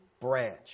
Branch